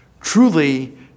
truly